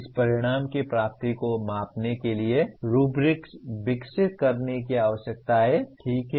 इस परिणाम की प्राप्ति को मापने के लिए रुब्रिक्स विकसित करने की आवश्यकता है ठीक है